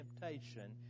temptation